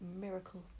miracle